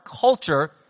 culture